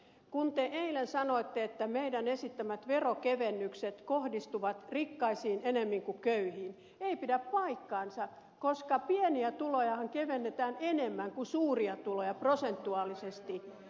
kun te eilen sanoitte että meidän esittämämme veronkevennykset kohdistuvat rikkaisiin enemmän kuin köyhiin niin se ei pidä paikkaansa koska pienien tulojen verojahan kevennetään enemmän kuin suurien tulojen prosentuaalisesti